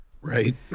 Right